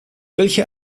welche